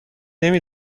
نمی